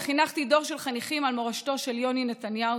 וחינכתי דור של חניכים על מורשתו של יוני נתניהו,